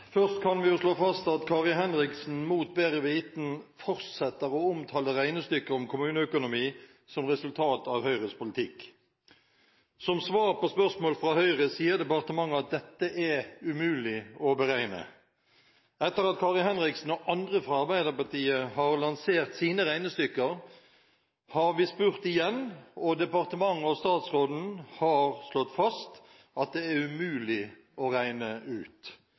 Først kan vi jo slå fast at representanten Kari Henriksen mot bedre vitende fortsetter å omtale regnestykket om kommuneøkonomi som resultat av Høyres politikk. Som svar på spørsmål fra Høyre sier departementet at dette er umulig å beregne. Etter at Kari Henriksen og andre fra Arbeiderpartiet lanserte sine regnestykker, har vi spurt igjen, og departementet og statsråden har slått fast at det er umulig å regne ut.